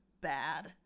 bad